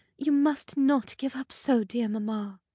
you must not give up so, dear mamma.